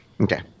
Okay